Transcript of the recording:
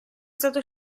stato